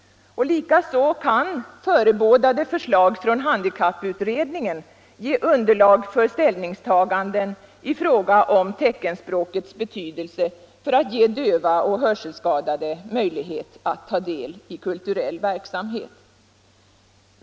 Likaså kan förebådade förslag från handikapputredningen ge underlag för ställningstaganden i fråga om teckenspråkets betydelse för att ge döva och hörselskadade möjlighet att ta del i kulturell verksamhet.